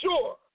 sure